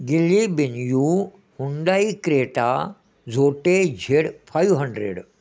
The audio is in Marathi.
गिल्ली बेन्यू हुंडई क्रेटा झोटे झेड फायू हंड्रेड